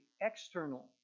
external